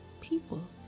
people